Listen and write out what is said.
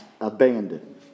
abandoned